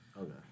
Okay